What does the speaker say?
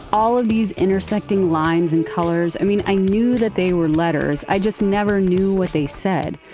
all of these intersecting lines and colors, i mean, i knew that they were letters, i just never knew what they said.